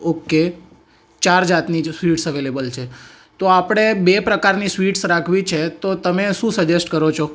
okay ચાર જાતની sweets available છે તો આપણે બે પ્રકારની સ્વીટ્સ રાખવી છે તો તમે શું સજેસ્ટ કરો છો